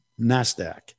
NASDAQ